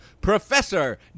Professor